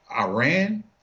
Iran